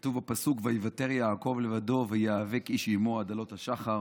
כתוב בפסוק: "ויותר יעקב לבדו ויאבק איש עמו עד עלות השחר".